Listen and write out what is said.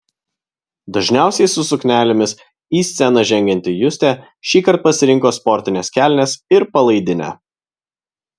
dažniausiai su suknelėmis į sceną žengianti justė šįkart pasirinko sportines kelnes ir palaidinę